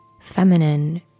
feminine